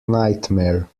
nightmare